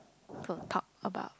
to talk about